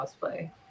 cosplay